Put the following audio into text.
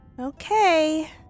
Okay